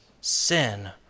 sin